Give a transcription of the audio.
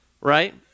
right